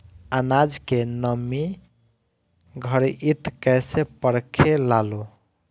आनाज के नमी घरयीत कैसे परखे लालो?